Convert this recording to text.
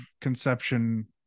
conception